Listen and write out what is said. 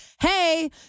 hey